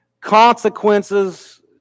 Consequences